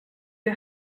you